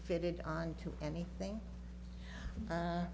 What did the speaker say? fitted onto anything